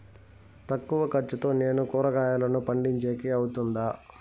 తక్కువ ఖర్చుతో నేను కూరగాయలను పండించేకి అవుతుందా?